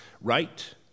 right